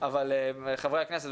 אבל חברי הכנסת,